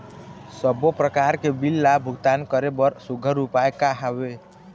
सबों प्रकार के बिल ला भुगतान करे बर सुघ्घर उपाय का हा वे?